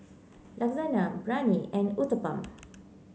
Lasagna Biryani and Uthapam